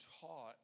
taught